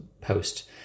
post